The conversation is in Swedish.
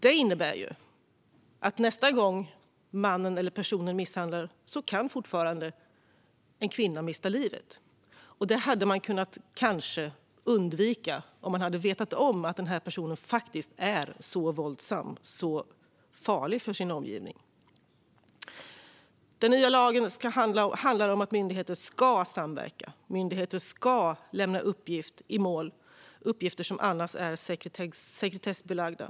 Detta innebär ju att en kvinna fortfarande kan mista livet nästa gång personen misshandlar någon, vilket man kanske hade kunnat undvika om man hade vetat om att denna person faktiskt var så våldsam och så farlig för sin omgivning. Den nya lagen handlar om att myndigheter ska samverka och om att myndigheter ska lämna uppgifter i målet som annars är sekretessbelagda.